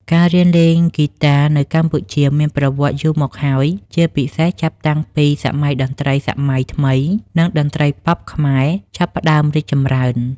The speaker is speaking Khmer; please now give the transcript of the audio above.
ការរៀនលេងហ្គីតានៅកម្ពុជាមានប្រវត្តិជាយូរមកហើយ ជាពិសេសចាប់តាំងពីសម័យតន្ត្រីសម័យថ្មី និងតន្ត្រីប៉ុបខ្មែរចាប់ផ្តើមរីកចម្រើន។